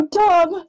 dumb